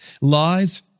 Lies